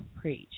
Preach